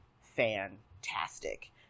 fantastic